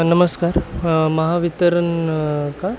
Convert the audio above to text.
नमस्कार महावितरण का